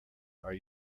are